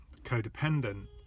Codependent